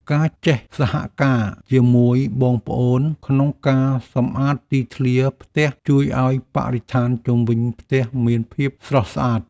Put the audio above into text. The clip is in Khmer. ការចេះសហការជាមួយបងប្អូនក្នុងការសម្អាតទីធ្លាផ្ទះជួយឱ្យបរិស្ថានជុំវិញផ្ទះមានភាពស្រស់ស្អាត។